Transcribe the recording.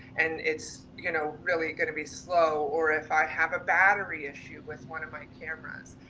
and it's, you know, really gonna be slow. or if i have a battery issue with one of my cameras,